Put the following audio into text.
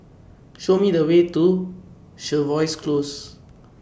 Show Me The Way to Jervois Close